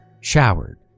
showered